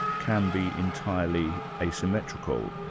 can be entirely asymmetrical.